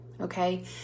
okay